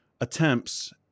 attempts